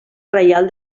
reial